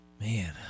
Man